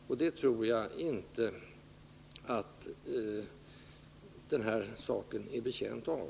Detta senare tror jag inte att den här saken är betjänt av.